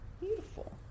beautiful